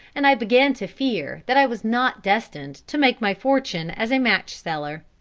and i began to fear that i was not destined to make my fortune as a match-seller.